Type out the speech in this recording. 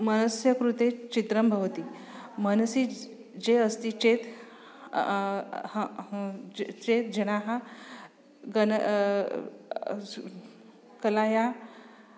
मनस्य कृते चित्रं भवति मनसि ये अस्ति चेत् चेत् जनाः गणः कलायाः